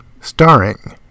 Starring